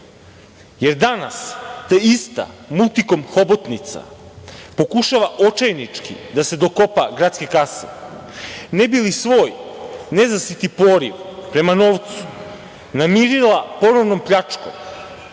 Jer, danas ta ista multikom hobotnica pokušava očajnički da se dokopa gradske kase, ne bi li svoj nezasiti poriv prema novcu namirila ponovnom pljačkom,